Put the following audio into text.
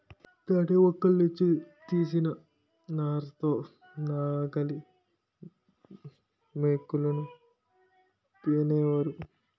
తాటికమ్మల నుంచి తీసిన నార తో నాగలిమోకులను పేనేవాళ్ళు